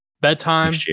Bedtime